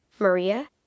Maria